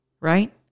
right